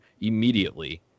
immediately